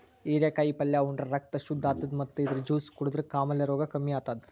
ಹಿರೇಕಾಯಿ ಪಲ್ಯ ಉಂಡ್ರ ರಕ್ತ್ ಶುದ್ದ್ ಆತದ್ ಮತ್ತ್ ಇದ್ರ್ ಜ್ಯೂಸ್ ಕುಡದ್ರ್ ಕಾಮಾಲೆ ರೋಗ್ ಕಮ್ಮಿ ಆತದ್